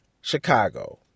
chicago